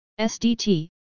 SDT